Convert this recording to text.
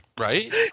Right